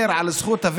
לזכותו